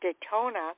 Daytona